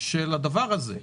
של הדבר הזה,